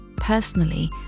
Personally